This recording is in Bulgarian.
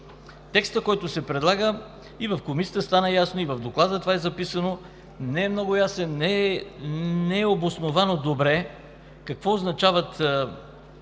Текстът, който се предлага – и в Комисията стана ясно, и в Доклада това е записано, не е много ясен, не е обосновано добре какво означават